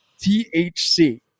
THC